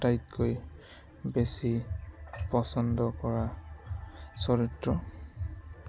আটাইতকৈ বেছি পচন্দ কৰা চৰিত্ৰ